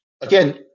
again